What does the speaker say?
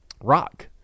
Rock